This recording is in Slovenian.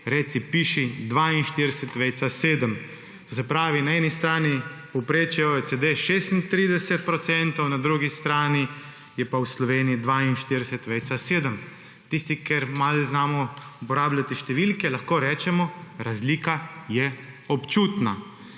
reci piši, 42,7. To se pravi, na eni strani povprečje OECD 36 procentov, na drugi strani je pa v Sloveniji 42,7. Tisti, ki malo znamo uporabljati številke, lahko rečemo, razlika je občutna.